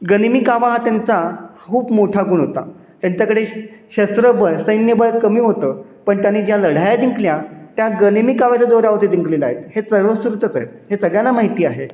गनिमी कावा हा त्यांचा खूप मोठा गुण होता त्यांच्याकडे श शस्त्रबळ सैन्यबळ कमी होतं पण त्यांनी ज्या लढाया जिंकल्या त्या गनिमी काव्याच्या जोरावरती जिंकलेल्या आहेत हे सर्वश्रुतच आहे हे सगळ्यांना माहिती आहे